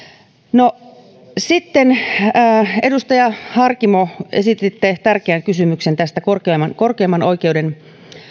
edustaja harkimo esititte tärkeän kysymyksen tästä korkeimman korkeimman oikeuden